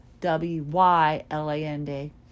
W-Y-L-A-N-D